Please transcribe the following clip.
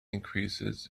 increases